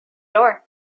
door